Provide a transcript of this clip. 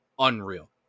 unreal